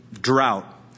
drought